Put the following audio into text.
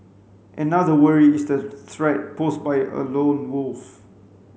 another worry is the threat posed by a lone wolf